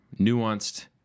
nuanced